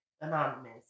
Anonymous